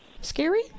Scary